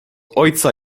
ojca